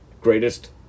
greatest